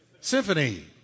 Symphony